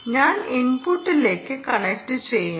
ഞാൻ ഇൻപുട്ടിലേക്ക് കണക്റ്റുചെയ്യാം